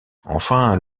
enfin